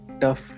tough